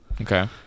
Okay